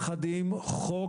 ביחד עם חוק